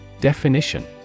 Definition